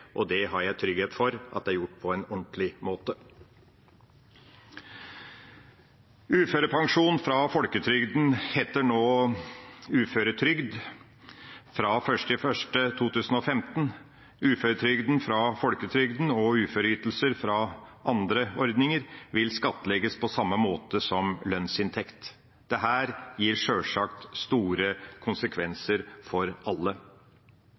og jeg er trygg på at det blir gjort på en ordentlig måte. Uførepensjon fra folketrygden heter nå – fra 1. januar 2015 – uføretrygd. Uføretrygden fra folketrygden og uføreytelser fra andre ordninger vil skattlegges på samme måte som lønnsinntekt. Dette gir sjølsagt store konsekvenser for alle.